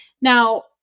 Now